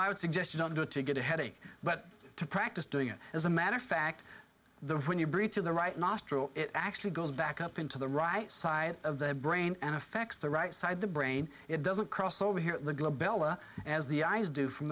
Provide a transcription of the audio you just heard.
i would suggest a doctor to get a headache but to practice doing it as a matter of fact the when you breathe through the right nostril it actually goes back up into the right side of the brain and affects the right side of the brain it doesn't cross over here the globe l a as the eyes do from